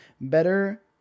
better